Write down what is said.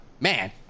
Man